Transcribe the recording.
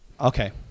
okay